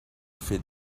fet